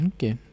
Okay